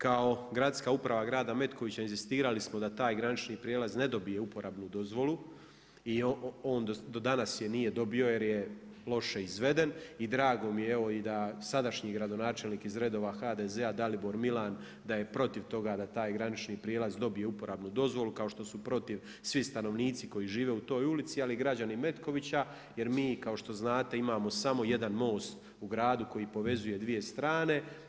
Kao Gradska uprava grada Metkovića inzistirali smo da taj granični prijelaz ne dobije uporabnu dozvolu i on do danas je nije dobio jer je loše izveden, i drago mi je da evo sadašnji gradonačelnik iz redova HDZ-a Dalibor Milan da je protiv toga da taj granični prijelaz dobije uporabnu dozvolu kao što su protiv svi stanovnici koji žive u toj ulici ali i građani Metkovića jer mi kao što znate, imamo samo jedan most u gradu koji povezuje dvije strane.